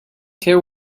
care